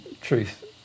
truth